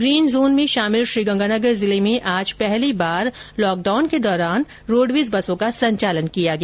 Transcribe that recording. green zone में शामिल श्रीगंगानगर जिले में आज पहली बार लॉकडाउन के दौरान रोडवेज बसों का संचालन किया गया